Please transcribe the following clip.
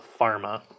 Pharma